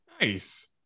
nice